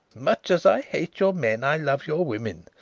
much as i hate your men i love your women.